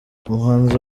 umuhanzi